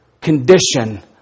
condition